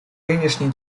нынешней